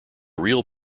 real